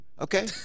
Okay